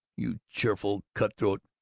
you cheerful cut-throat,